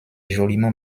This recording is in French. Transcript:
joliment